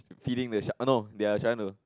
feeding the shark oh no they are trying to